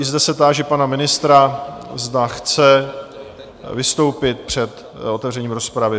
I zde se táži pana ministra, zda chce vystoupit před otevřením rozpravy?